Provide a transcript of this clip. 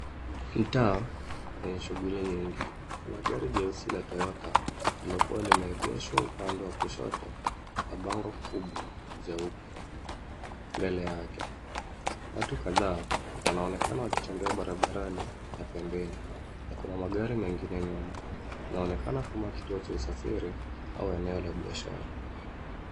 Mtaa wenye shughuli nyingi, kuna gari jeusi la Toyota lilokuwa limeegeshwa upande wa kushoto na bango kubwa jeupe mbele yake. Watu kadhaa wanaonekana wakitembea barabarani na pembeni na kuna magari mengine nyuma. Inaonekana kama kituo cha usafiri au eneo la biashara.